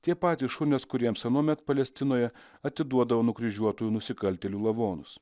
tie patys šunys kuriems anuomet palestinoje atiduodavo nukryžiuotųjų nusikaltėlių lavonus